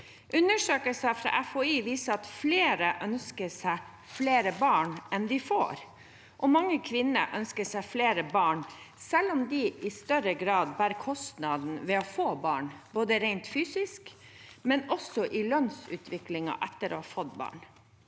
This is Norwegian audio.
Undersøkelser fra FHI viser at flere ønsker seg flere barn enn de får, og mange kvinner ønsker seg flere barn, selv om de i større grad bærer kostnaden ved å få barn, både rent fysisk og også i lønnsutviklingen etter å ha fått barn.